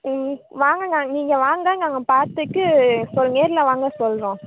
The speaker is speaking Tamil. ம் வாங்கங்க நீங்கள் வாங்க நாங்கள் பார்த்துட்டு சொ நேரில் வாங்க சொல்கிறோம்